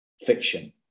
fiction